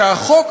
שהחוק,